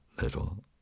little